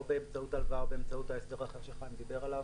או באמצעות הלוואה או באמצעות ההסדר שחיים דיבר עליו,